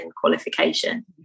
qualification